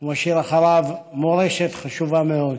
הוא משאיר אחריו מורשת חשובה מאוד.